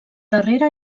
darrere